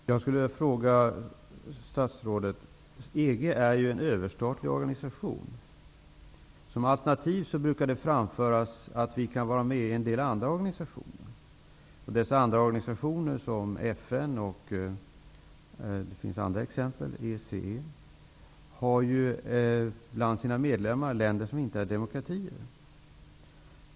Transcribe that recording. Herr talman! Jag skulle vilja ställa några frågor till statsrådet. EG är ju en överstatlig organisation. Som argument brukar det framföras att vi kan vara med i en del andra överstatliga organisationer. Dessa andra organisationer, t.ex. FN och ECE, har bland sina medlemmar länder som inte är demokratier.